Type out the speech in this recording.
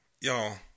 y'all